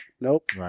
Nope